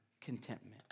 contentment